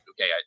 okay